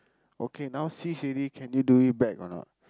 okay now cease already can you do it back or not